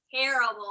terrible